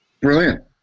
brilliant